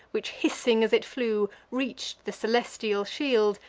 which, hissing as it flew, reach'd the celestial shield,